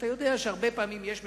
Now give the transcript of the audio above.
ואתה יודע שהרבה פעמים יש ממשלות,